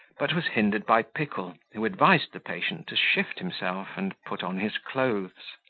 but was hindered by pickle, who advised the patient to shift himself, and put on his clothes.